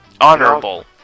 honorable